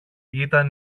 ήταν